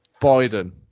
Biden